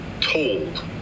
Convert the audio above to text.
Told